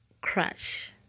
Crush